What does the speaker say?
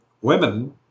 women